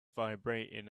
vibrating